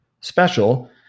special